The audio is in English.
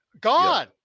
gone